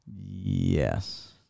yes